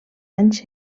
anys